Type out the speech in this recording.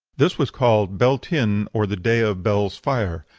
this was called beltinne, or the day of bel's fire.